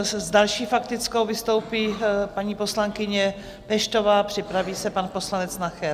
S další faktickou vystoupí paní poslankyně Peštová, připraví se pan poslanec Nacher.